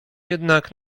jednak